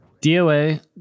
DOA